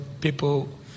people